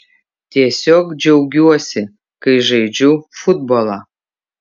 tiesiog džiaugiuosi kai žaidžiu futbolą